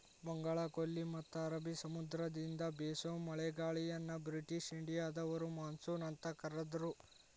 ಬಂಗಾಳಕೊಲ್ಲಿ ಮತ್ತ ಅರಬಿ ಸಮುದ್ರದಿಂದ ಬೇಸೋ ಮಳೆಗಾಳಿಯನ್ನ ಬ್ರಿಟಿಷ್ ಇಂಡಿಯಾದವರು ಮಾನ್ಸೂನ್ ಅಂತ ಕರದ್ರು